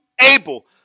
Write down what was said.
able